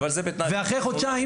ואחרי חודשיים